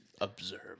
observe